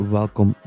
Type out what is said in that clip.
welkom